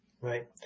right